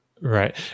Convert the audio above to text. Right